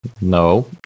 No